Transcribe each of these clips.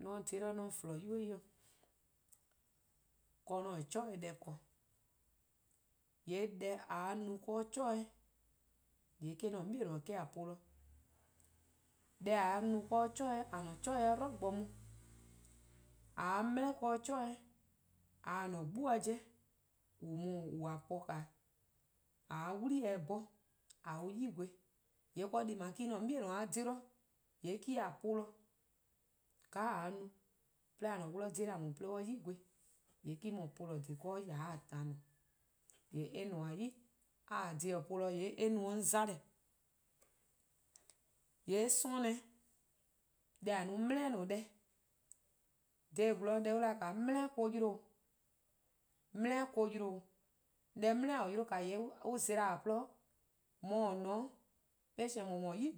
:Mor 'on :dhe-dih 'on :flon ybei'-dih 'de :a-a'a: 'chore deh 'di, :yee' deh :a 'ye-a no 'de 'chore, :yee' eh-: 'mor-: 'on 'bei'-: :a polo. Deh :a 'ye-a no 'de 'chore :a-a'a: 'chore 'ye-a 'dlu bo mu :yee' eh-: :a polo. :a 'ye dele: 'de 'chore, :a-a'a: 'gbu-a 'jeh :a po-a, :a 'ye 'wli-eh-dih 'bhorn :a 'ye-uh 'i gweh. :yee' deh+ me-: :mor 'mor-: 'on 'bei' :a :dhe-dih :yee' me-: :a polo. :ka :a 'ye-a no 'de :a-a'a: dih :dhe 'da :daa 'de 'do 'ye-a :gweh, :yee' me-: no polo dhih 'de yard :a :ne-a. :yee' eh :nmor-' 'i, :mor a taa dhih polo :yee' eh no-dih 'on 'mona'. :yee' 'sororn' :ne, deh :a no-a dele: 'i deh, dha :gwlor :mor on 'da dele-eh: eh-: 'yle 'o, dele-eh: eh-: 'yle 'o, deh dele:-eh: :eh 'yle-a :yee' an zela-a :gwluhuh', :mor :or :ne-a 'o, patience :or no-a nyor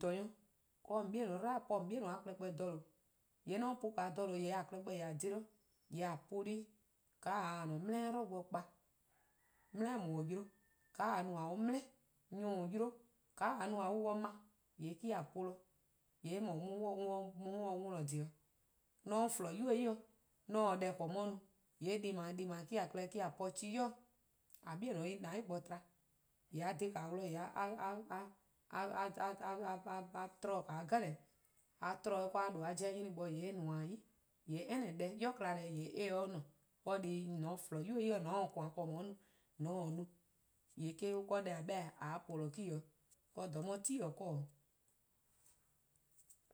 :klaba' 'do :on 'bei'-a klehkpeh 'dlu po :on 'bei' :dha :due'. :yee' :mor 'on po-uh :dha :due' :yee :a klehkpeh :a :dhe-dih, :yee' :a ;polo-ih :ka :a 'ye :a-a'a: dele-eh 'dlu bo kpa, dele-eh: :daa :eh 'yi-a 'de :ka :a 'ye-a no :a 'ye-a dele:, nyor+ :an yi-a 'de :ka 'ye-a no 'de :a 'ye-uh-a dih kpon :yee' me-: :a polo. :yee'en no mor-dih worn-or :dhih 'o. :mor 'on :flon ybei' dih, 'on se deh 'ble 'on 'ye no, :yee' deh+ :daa deh+ :daa me-: :a po 'cheh 'i dih :a 'bei' 'ye-ih :dou'+ bo :to. :yee' a :dhe-dih a 'tmo-dih deh 'jeh, a 'tmo dhih 'de a 'jeh 'nyne bo :yee eh :nmor-' 'yi. :yee' any deh, 'yi kma-deh :yee' eh se 'o :ne. Deh+ :mor :on :flon ybei-dih :mor :on se :koan: :korn :on 'ye-a no, :mor :on :taa no :yee' deh+ :a 'beh-dih :a 'ye-a polo me 'o. :yee' 'do :dhe 'on beh-dih 'on 'ye-a 'ti-dih 'do wor 'o.